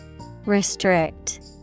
Restrict